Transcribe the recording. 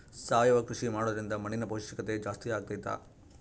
ಸಾವಯವ ಕೃಷಿ ಮಾಡೋದ್ರಿಂದ ಮಣ್ಣಿನ ಪೌಷ್ಠಿಕತೆ ಜಾಸ್ತಿ ಆಗ್ತೈತಾ?